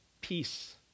peace